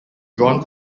drawn